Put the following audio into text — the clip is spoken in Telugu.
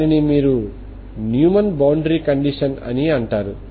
దానిని మీరు న్యూమన్ బౌండరీ కండిషన్ అని అంటారు